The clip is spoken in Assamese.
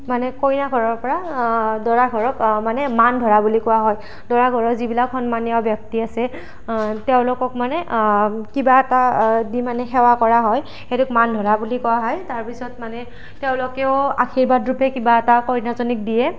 মানে কইনাঘৰৰ পৰা দৰাঘৰক মানে মানধৰা বুলি কোৱা হয় দৰাঘৰৰ যিবিলাক সন্মানীয় ব্যক্তি আছে তেওঁলোকক মানে কিবা এটা দি মানে সেৱা কৰা হয় সেইটোক মানধৰা বুলি কোৱা হয় তাৰ পিছত মানে তেওঁলোকেও আৰ্শীবাদ ৰূপে কিবা এটা কইনাজনীক দিয়ে